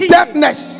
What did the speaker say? Deafness